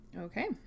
okay